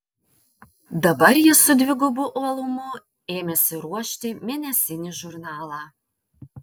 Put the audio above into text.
dabar jis su dvigubu uolumu ėmėsi ruošti mėnesinį žurnalą